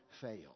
fail